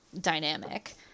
dynamic